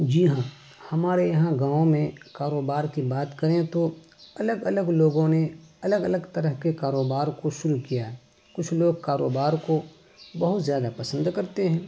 جی ہاں ہمارے یہاں گاؤں میں کاروبار کی بات کریں تو الگ الگ لوگوں نے الگ الگ طرح کے کاروبار کو شروع کیا ہے کچھ لوگ کاروبار کو بہت زیادہ پسند کرتے ہیں